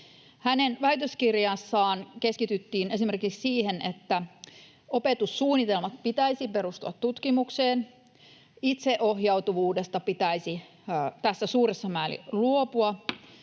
Hänen väitöskirjassaan keskityttiin esimerkiksi siihen, että opetussuunnitelmien pitäisi perustua tutkimukseen, itseohjautuvuudesta pitäisi suuressa määrin luopua,